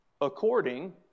according